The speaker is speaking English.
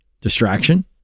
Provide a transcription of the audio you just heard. Distraction